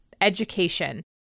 education